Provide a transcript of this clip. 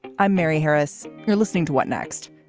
i'm mary harris. you're listening to what next.